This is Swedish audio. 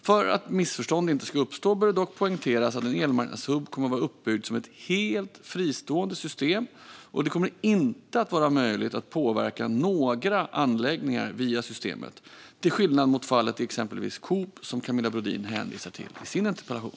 För att missförstånd inte ska uppstå bör det dock poängteras att en elmarknadshubb kommer att vara uppbyggd som ett helt fristående system, och det kommer inte att vara möjligt att påverka några anläggningar via systemet, till skillnad mot fallet med exempelvis Coop som Camilla Brodin hänvisar till i sin interpellation.